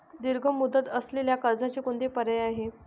दीर्घ मुदत असलेल्या कर्जाचे कोणते पर्याय आहे?